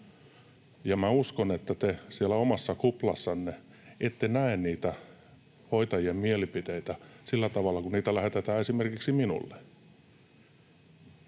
uskon, että te siellä omassa kuplassanne ette näe niitä hoitajien mielipiteitä sillä tavalla kuin niitä lähetetään esimerkiksi minulle.